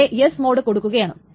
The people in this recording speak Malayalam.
ഇവിടെ S മോഡ് കൊടുക്കുകയാണ്